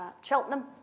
Cheltenham